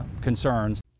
concerns